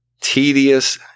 tedious